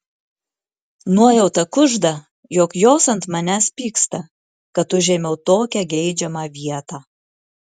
nuojauta kužda jog jos ant manęs pyksta kad užėmiau tokią geidžiamą vietą